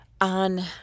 On